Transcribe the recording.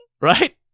right